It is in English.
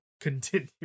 Continue